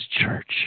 church